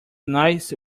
nice